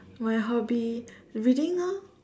my hobby reading lor